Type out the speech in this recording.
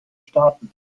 staaten